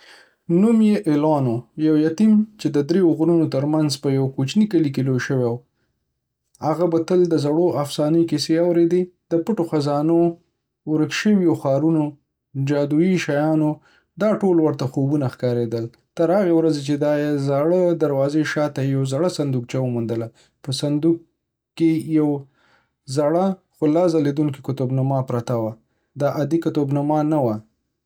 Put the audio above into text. نوم یې ایلان و — یو یتیم، چې د دریو غرونو تر منځ په یوه کوچني کلي کې لوی شوی و. هغه به تل د زړو افسانو کیسې اورېدې: د پټو خزانې، ورک شویو ښارونو، او جادويي شیانو. خو دا ټول ورته خوبونه ښکارېدل... تر هغې ورځې چې یې د زاړه دروازې تر شاته یوه زړې صندوقچه وموندله. په صندوق کې یوه زړه، خو لا ځلېدونکې قطب‌نما پرته وه. دا عادي قطب‌نما نه وه